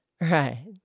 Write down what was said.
Right